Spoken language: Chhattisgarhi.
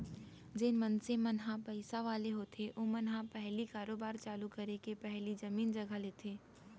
जेन मनसे मन ह पइसा वाले होथे ओमन ह पहिली कारोबार चालू करे के पहिली जमीन जघा लेथे